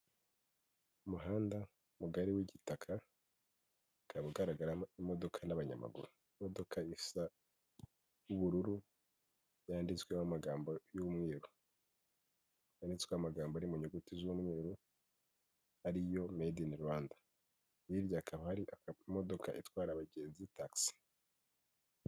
Umuhanda mugari w'igitaka ukaba ugaragaramo imodoka n'abanyamaguru, imodoka isa ubururu yanditsweho amagambo y'umweru, yanditsweho amagambo ari mu nyuguti z'umweru ari yo medi ini Rwanda, hirya hakaba hari imodoka itwara abagenzi tagisi.